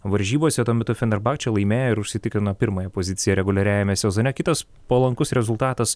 varžybose tuo metu fenerbakčė laimėjo ir užsitikrino pirmąją poziciją reguliariajame sezone kitas palankus rezultatas